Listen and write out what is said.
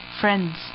friends